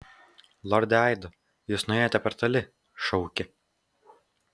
lorde aido jūs nuėjote per toli šaukė